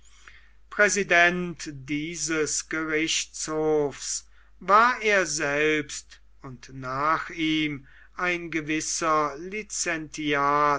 präsident dieses gerichtshofs war er selbst und nach ihm ein gewisser